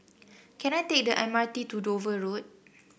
can I take the M R T to Dover Road